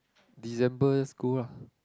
December school lah